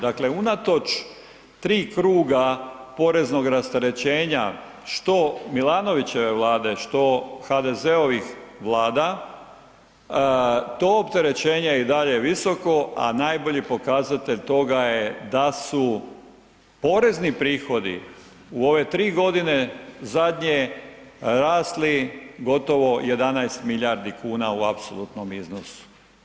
Dakle, unatoč 3 kruga poreznog rasterećenja, što Milanovićeve Vlade, što HDZ-ovih Vlada, to opterećenje i dalje je visoko, a najbolji pokazatelj toga je da su porezni prihodi u ove 3 godine zadnje rasli gotovo 11 milijardi kuna u apsolutnom iznosu.